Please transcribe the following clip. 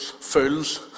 fools